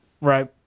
Right